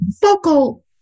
vocal